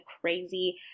crazy